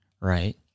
right